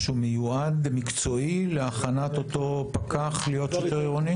משהו מיועד מקצועי להכנת אותו פקח להיות שוטר עירוני?